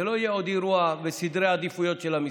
זה לא יהיה עוד אירוע בסדרי העדיפות של המשרד,